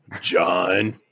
John